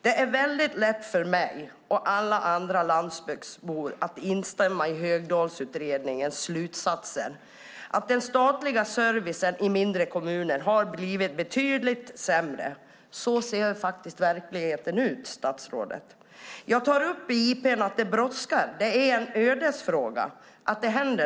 Det är lätt för mig och alla andra landsbygdsbor att instämma i Högdahlsutredningens slutsats att den statliga servicen i mindre kommuner har blivit betydligt sämre. Så ser verkligheten ut, statsrådet. Jag tar upp i interpellationen att det brådskar. Det är en ödesfråga; något måste hända.